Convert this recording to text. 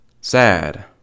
sad